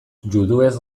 juduez